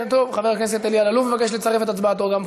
50 תומכים, אין מתנגדים, אין נמנעים.